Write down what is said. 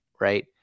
right